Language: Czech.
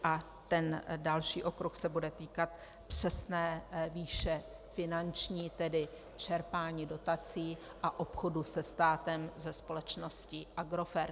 A ten další okruh se bude týkat přesné výše finanční, tedy čerpání dotací a obchodu se státem, se společností Agrofert.